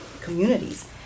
communities